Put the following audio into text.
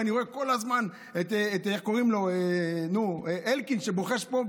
ואני רואה כל הזמן את אלקין שבוחש פה,